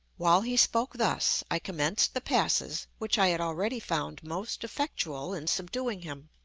while he spoke thus, i commenced the passes which i had already found most effectual in subduing him.